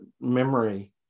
memory